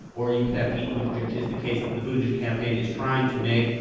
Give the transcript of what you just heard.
or you could have pete buttigieg is the case that the buttigieg campaign is trying to make.